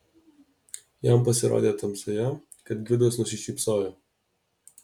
jam pasirodė tamsoje kad gvidas nusišypsojo